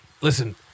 listen